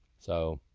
so